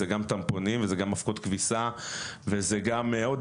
זה גם טמפונים וזה גם אבקות כביסה וזה עוד